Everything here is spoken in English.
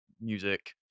music